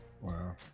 Wow